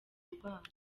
urwango